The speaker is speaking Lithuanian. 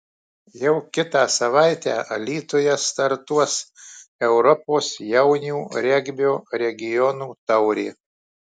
jau kitą savaitę alytuje startuos europos jaunių regbio regionų taurė